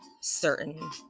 certain